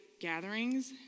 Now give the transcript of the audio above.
gatherings